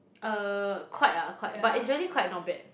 uh quite ah quite but is really quite not bad